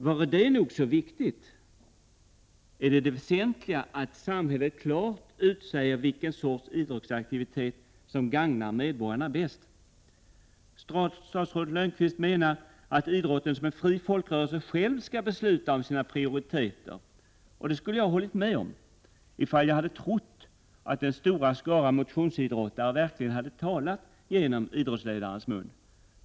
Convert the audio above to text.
Vare det nog så viktigt — det väsentliga är att samhället klart utsäger vilken sorts idrottsaktivitet som gagnar medborgarna bäst. Statsrådet Lönnqvist menar att idrotten som en fri folkrörelse själv skall besluta om sina prioriteter, och det skulle jag ha hållit med om ifall jag hade trott att den stora skaran motionsidrottare verkligen hade talat genom idrottsledarnas mun.